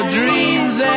dreams